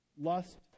lust